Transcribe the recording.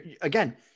Again